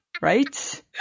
Right